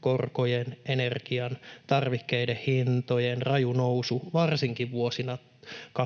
korkojen sekä energian ja tarvikkeiden hintojen raju nousu varsinkin vuosina 22—23